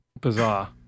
bizarre